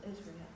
Israel